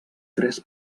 tres